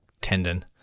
tendon